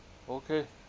okay